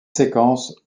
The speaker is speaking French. séquence